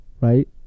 right